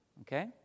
Okay